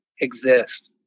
exist